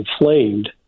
inflamed